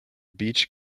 beach